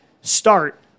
start